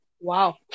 Wow